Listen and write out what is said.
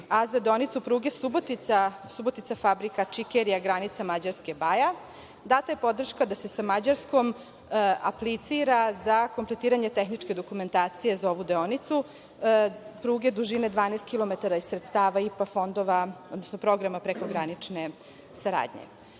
a za deonicu pruge Subotica-fabrika „Čikerija“-granica Mađarske-Baja data je podrška da se sa Mađarskoj aplicira za kompletiranje tehničke dokumentacije za ovu deonicu pruge dužine 12 kilometara iz sredstava IPA fondova, odnosno programa prekogranične saradnje. Smatramo